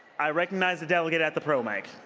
i recognize the delegate at the pro mic.